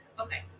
okay